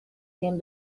came